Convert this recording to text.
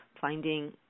finding